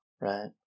right